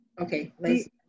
Okay